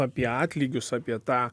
apie atlygius apie tą